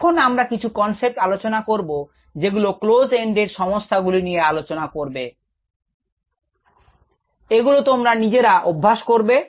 এখন আমরা কিছু কনসেপ্ট আলোচনা করব যেগুলো ক্লোজ এন্ড সমস্যা গুলি নিয়ে আলোচনা করবে এগুলো তোমরা নিজেরা অভ্যাস করবে